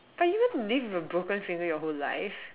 are you going to live with a broken finger your whole life